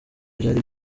byari